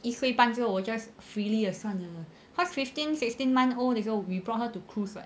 一岁半的时后我 just freely err 算了 cause fifteen sixteen month 的时后 we brought her to cruise [what]